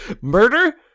murder